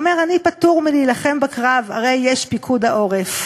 היא יושבת בארמון ומגיעים אליה ומבקשים את עזרתה.